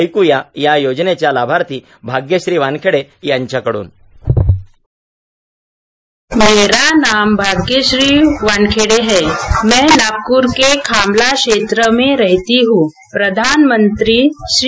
ऐकुया या योजनेच्या लाभार्थी भाग्यश्री वानखेडे यांच्या कडून साऊंड बाईट मेरा नाम भाग्यश्री वानखेडे है मैं नागपूर के खामला क्षेत्र में रहती हूँ प्रधानमंत्री श्री